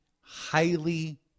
highly